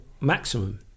maximum